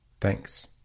Thanks